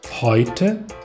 Heute